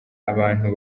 abantu